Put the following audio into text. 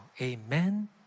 Amen